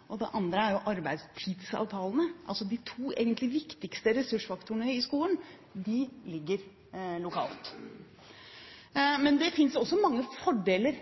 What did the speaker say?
og lønnsforhandlingene, og det andre er arbeidstidsavtalene, altså at de to egentlig viktigste ressursfaktorene i skolen, ligger lokalt. Det finnes også mange fordeler